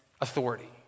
authority